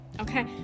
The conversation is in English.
Okay